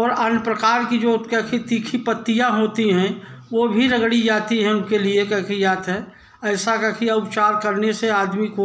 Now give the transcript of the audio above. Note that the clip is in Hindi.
ओर अन्य प्रकार की जो तीखी पत्तियाँ होती हैं वो भी रगड़ी जाती हैं उनके लिए है ऐसा उपचार करने से आदमी को